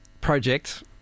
project